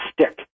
stick